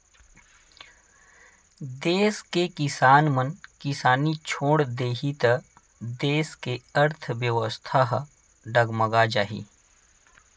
देस के किसान मन किसानी छोड़ देही त देस के अर्थबेवस्था ह डगमगा जाही